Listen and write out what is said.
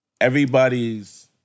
everybody's